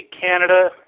Canada